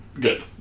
Good